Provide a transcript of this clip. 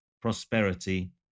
prosperity